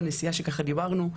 בנסיעה כשדיברנו,